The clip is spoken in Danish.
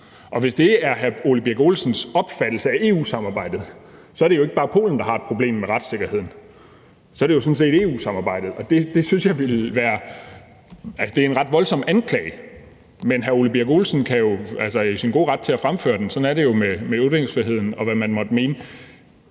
Og hvis det er hr. Ole Birk Olesens opfattelse af EU-samarbejdet, er det jo ikke bare Polen, der har et problem med retssikkerheden, så er det jo sådan set EU-samarbejdet. Det er en ret voldsom anklage, men hr. Ole Birk Olesen er jo i sin gode ret til at fremføre den, for sådan er det jo med ytringsfriheden, og hvad man måtte mene.